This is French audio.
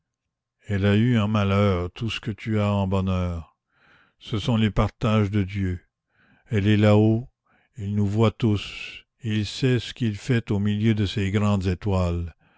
elle a eu en malheur tout ce que tu as en bonheur ce sont les partages de dieu il est là-haut il nous voit tous et il sait ce qu'il fait au milieu de ses grandes étoiles